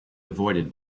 avoided